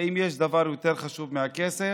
האם יש דבר יותר חשוב מהכסף?